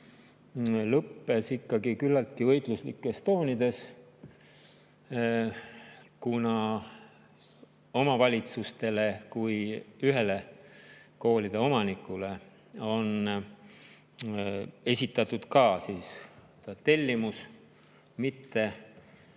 lõppes ikkagi küllaltki võitluslikes toonides. Kuna omavalitsustele kui ühele koolide omanikule on esitatud tellimus mitte